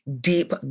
deep